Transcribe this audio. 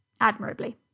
Admirably